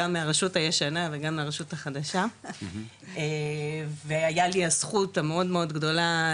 גם מהרשות הישנה וגם מהרשות החדשה והיה לי הזכות המאוד מאוד גדולה,